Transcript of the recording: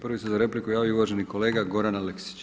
Prvi se za repliku javio uvaženi kolega Goran Aleksić.